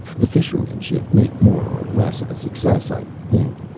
the fishermen should make more or less of a success, i think.